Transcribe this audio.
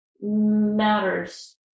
matters